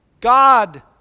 God